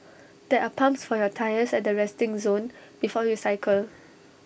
there are pumps for your tyres at the resting zone before you cycle